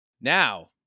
Now